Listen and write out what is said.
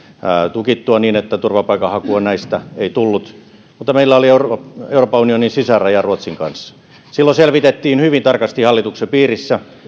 tukittua niin että turvapaikanhakua näistä ei tullut mutta meillä oli euroopan unionin sisäraja ruotsin kanssa silloin selvitettiin asiaa hyvin tarkasti hallituksen piirissä